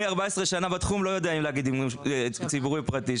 אני 14 שנים בתחום ואני לא יודע להגיד האם הוא ציבורי או פרטי,